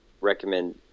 recommend